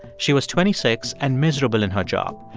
she was twenty six and miserable in her job.